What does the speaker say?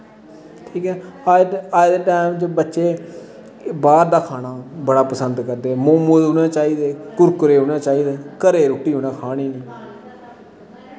ठीक ऐ अज्ज दे टैम च बच्चे बाह्र दा खाना बड़ा पसंद करदे मोमोस उ'नें चाहिदे कुरकुरे उ'नें चाहिदे घरे दी रुट्टी उ'नें खानी निं